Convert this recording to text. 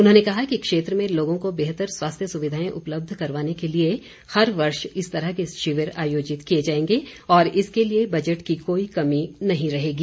उन्होंने कहा कि क्षेत्र में लोगों को बेहतर स्वास्थ्य सुविधाएं उपलब्ध करवाने के लिए हर वर्ष इस तरह के शिविर आयोजित किए जाएंगे और इसके लिए बजट की कोई कमी नहीं रहेगी